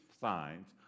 signs